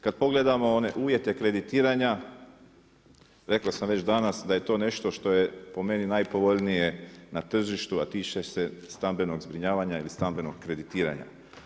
Kad pogledamo one uvjete kreditiranja, rekao sam već danas da je to nešto što je najpovoljnije na tržištu, a tiče se stambenog zbrinjavanja ili stambenog kreditiranja.